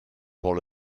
pour